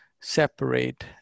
separate